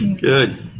Good